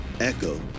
Echo